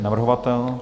Navrhovatel?